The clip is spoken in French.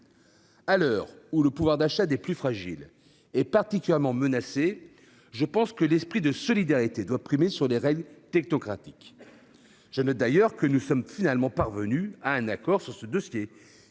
À l'heure où le pouvoir d'achat des plus fragiles est particulièrement menacé, je pense que l'esprit de solidarité doit l'emporter sur les règles technocratiques. Je note d'ailleurs que nous sommes finalement parvenus à un accord sur ce dossier